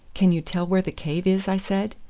can you tell where the cave is? i said.